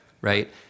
Right